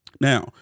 Now